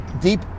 deep